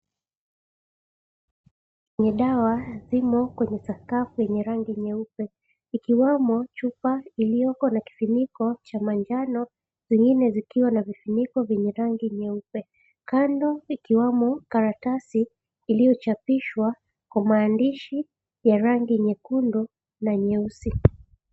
Ni dawa zimo kwenye sakafu ya rangi nyeupe, ikiwamo chupa iliyoko na kifuniko cha manjano zingine zikiwa na vifuniko vyenye rangi nyeupe, kando ikiwamo karatasi iliyochapishwa kwa maandishi ya rangi nyekundu na nyeusi.